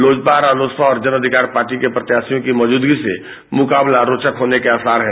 लोजपा रालोसपा और जन अधिकार पार्टी के प्रत्याशियों की मौजूदगी से मुकाबला रोचक होने के आसार हैं